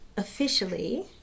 Officially